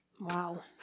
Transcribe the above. wow